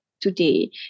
today